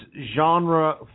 genre